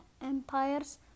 empires